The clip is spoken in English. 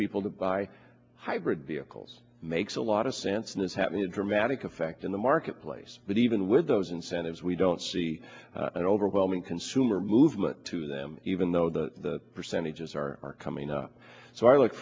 people to buy hybrid vehicles makes a lot of sense and is having a dramatic effect in the marketplace but even with those incentives we don't see an overwhelming consumer movement to them even though the percentages are coming up so i look